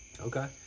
Okay